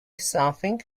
something